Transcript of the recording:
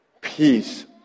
peace